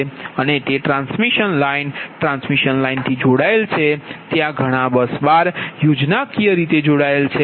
અને તે transmission line transmission લાઇનથી જોડાયેલ છે ત્યાં ઘણા બસ બાર યોજનાકીય રીતે જોડાયેલ છે